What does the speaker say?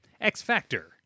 X-Factor